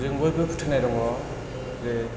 जोंबो बयबो फोथायनाय दङ जे